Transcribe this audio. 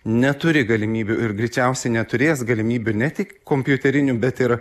neturi galimybių ir greičiausiai neturės galimybių ne tik kompiuterinių bet ir